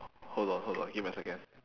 hold on hold on give me a second